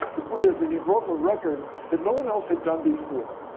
the point is that he broke a record that no one else had done before.